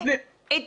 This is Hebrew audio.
את